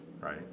Right